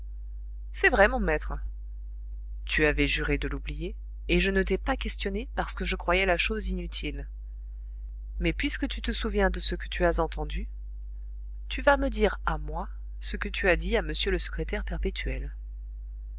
vrai mon maître tu avais juré de l'oublier et je ne t'ai pas questionnée parce que je croyais la chose inutile mais puisque tu te souviens de ce que tu as entendu tu vas me dire à moi ce que tu as dit à m le secrétaire perpétuel